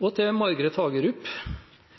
Og til Margret Hagerup